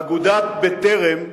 אגודת "בטרם"